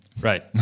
Right